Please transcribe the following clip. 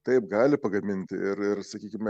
taip gali pagaminti ir ir sakykime